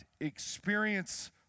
experience